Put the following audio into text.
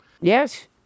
Yes